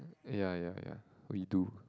ya ya ya we do